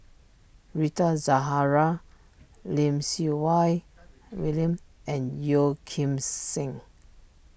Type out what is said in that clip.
Rita Zahara Lim Siew Wai William and Yeo Kim Seng